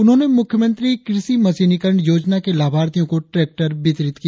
उन्होंने मुख्यमंत्री कृषि मशीनीकरण योजना के लाभार्थियों को ट्रेकटर वितरित किया